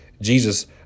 Jesus